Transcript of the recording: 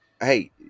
Hey